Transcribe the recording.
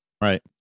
Right